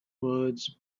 words